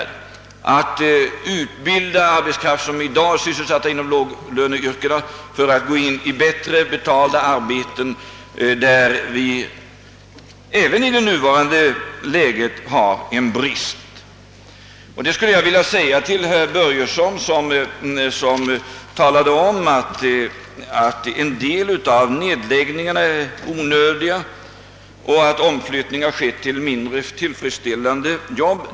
Då utbildas arbetskraft som i dag sysselsättes inom låglöneyrken så att de kan gå över till bättre betalda arbeten, där vi även i nuvarande läge har en viss brist på arbetskraft. Herr Börjesson i Falköping sade att en del nedläggningar är onödiga och att det förekommit omflyttning till mindre tillfredsställande arbeten.